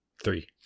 Three